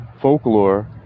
folklore